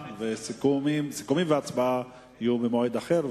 סיכומים והצבעה יהיו במועד אחר,